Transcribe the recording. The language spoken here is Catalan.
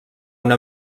una